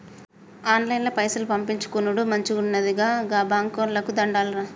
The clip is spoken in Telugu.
ఆన్లైన్ల పైసలు పంపిచ్చుకునుడు మంచిగున్నది, గా బాంకోళ్లకు దండాలురా